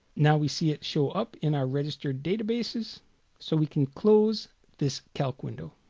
now we see it show up in our registered databases so we can close this calc window.